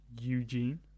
Eugene